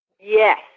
Yes